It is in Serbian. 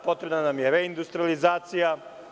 Potrebna nam je reindustrijalizacija.